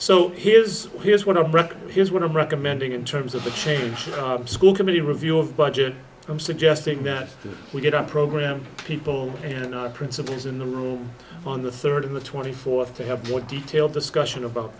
so here's here's what i here's what i'm recommending in terms of the change school committee review of budget i'm suggesting that we get our program people and our principals in the room on the third of the twenty fourth to have more detailed discussion about